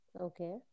Okay